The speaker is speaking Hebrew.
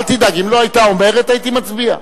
אל תדאג, אם לא היית אומר, הייתי מצביע.